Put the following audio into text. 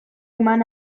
eman